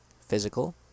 physical